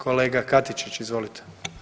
Kolega Katičić, izvolite.